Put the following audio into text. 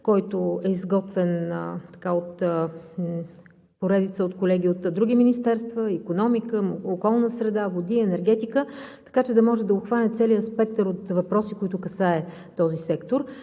който е изготвен от колеги и от други министерства – икономика, околна среда и води, енергетика, така че да може да обхване целия спектър от въпроси, които касаят този сектор.